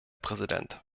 präsident